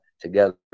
together